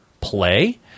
play